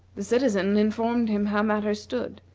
the citizen informed him how matters stood,